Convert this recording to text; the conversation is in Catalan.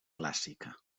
clàssica